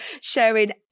sharing